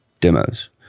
demos